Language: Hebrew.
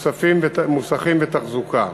מוסכים ותחזוקה,